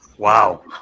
wow